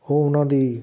ਉਹ ਉਹਨਾਂ ਦੀ